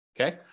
Okay